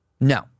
No